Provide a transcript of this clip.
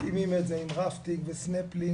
מתאימים את זה עם רפטינג וסנפלינג